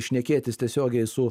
šnekėtis tiesiogiai su